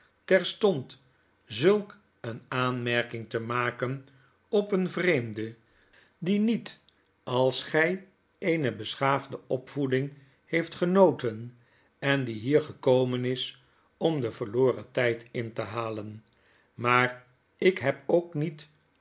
terstond zulk een aanmerking te maken op een vreemde die niet als gy eene beschaafde opvoeding heeft genoten en die hier gekomen is om den verloren tid in te halen maar ik heb ook niet